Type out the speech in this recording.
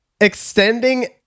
extending